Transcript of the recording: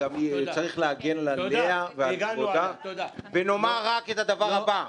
צריך להגן עליה ועל כבודה, ונאמר רק את הדבר הבא: